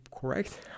correct